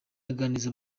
aganiriza